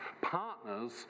Partners